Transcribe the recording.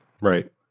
Right